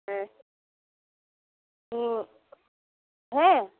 ᱦᱮᱸ ᱦᱮᱸ